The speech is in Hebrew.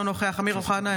אינו נוכח אמיר אוחנה,